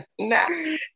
No